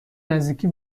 نزدیکی